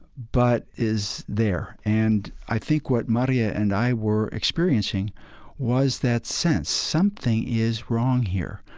but is there. and i think what marja and i were experiencing was that sense, something is wrong here.